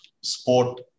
sport